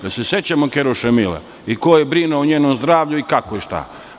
Da li se sećamo keruše Mile i ko je brinuo o njenom zdravlju i kako i šta?